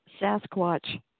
sasquatch